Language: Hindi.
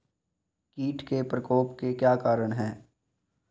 कीट के प्रकोप के क्या कारण हैं?